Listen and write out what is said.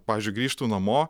pavyzdžiui grįžtu namo